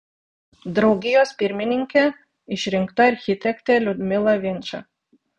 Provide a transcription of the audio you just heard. draugijos pirmininke išrinkta architektė liudmila vinča